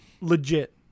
Legit